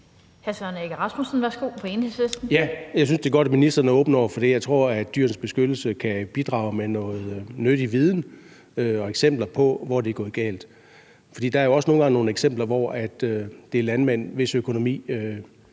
Jeg synes, det er godt, at ministeren er åben over for det. Jeg tror, at Dyrenes Beskyttelse kan bidrage med noget nyttig viden og eksempler på, hvor det er gået galt. For der er jo også nogle gange nogle eksempler, hvor det er landmænd, hvis økonomi